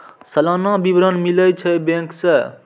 सलाना विवरण मिलै छै बैंक से?